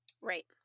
Right